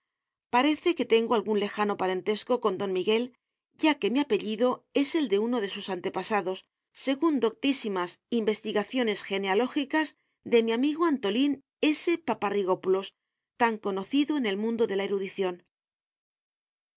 parece que tengo algún lejano parentesco con don miguel ya que mi apellido es el de uno de sus antepasados según doctísimas investigaciones genealógicas de mi amigo antolín s paparrigópulos tan conocido en el mundo de la erudición